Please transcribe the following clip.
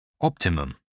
Optimum